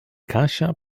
kasia